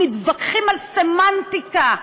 מתווכחים על סמנטיקה,